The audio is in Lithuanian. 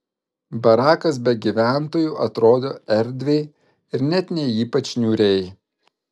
barakas be gyventojų atrodė erdviai ir net ne ypač niūriai